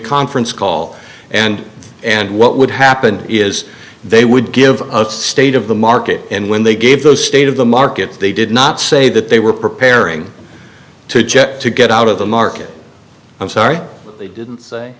conference call all and and what would happen is they would give us state of the market and when they gave the state of the markets they did not say that they were preparing to jet to get out of the market i'm sorry they didn't say